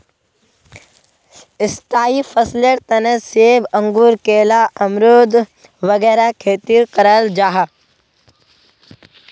स्थाई फसलेर तने सेब, अंगूर, केला, अमरुद वगैरह खेती कराल जाहा